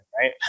Right